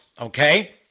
okay